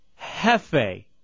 Hefe